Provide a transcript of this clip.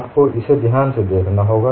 आपको इसे ध्यान में रखना होगा